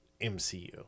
MCU